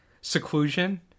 seclusion